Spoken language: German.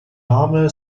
name